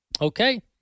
okay